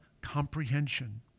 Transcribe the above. comprehension